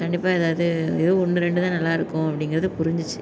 கண்டிப்பாக எதாவது எதோ ஒன்று ரெண்டு தான் நல்லா இருக்கும் அப்படிங்கிறது புரிஞ்சிச்சு